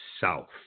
South